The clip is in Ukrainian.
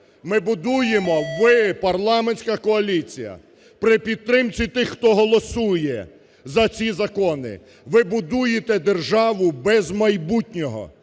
Ми будуємо… Ви, парламентська коаліція, при підтримці тих, хто голосує за ці закони, ви будуєте державу без майбутнього.